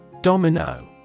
Domino